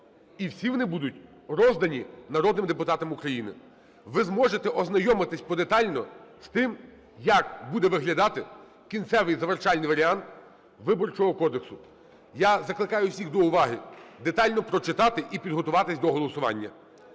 і всі вони будуть роздані народним депутатам України. Ви зможете ознайомитись подетально з тим, як буде виглядати кінцевий, завершальний варіант Виборчого кодексу. Я закликаю всіх до уваги, детально прочитати і підготуватись до голосування.